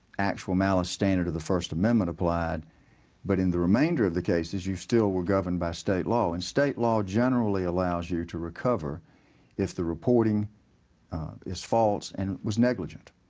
actual malice stands of the first amendment applied but in the remainder of the cases, you were governed by state law. and state law generally allows you to recover if the reporting is false and was negligent.